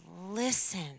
listen